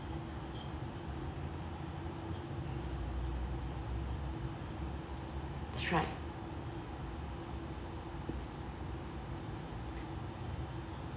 that's right